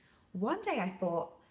one day i thought,